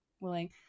willing